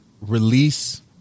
release